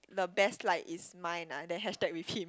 the best like is mine ah then hashtag with him